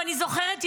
ואני זוכרת,